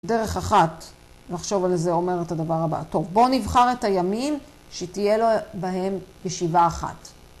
דרך אחת לחשוב על זה אומרת את הדבר הבא. טוב, בוא נבחר את הימים שתהיה לו בהם ישיבה אחת.